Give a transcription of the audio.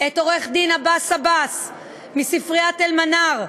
את עורך-דין עבאס עבאס מספריית "אל-מנאר",